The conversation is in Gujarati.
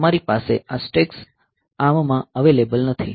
તમારી પાસે આ સ્ટેક્સ ARM માં અવેલેબલ નથી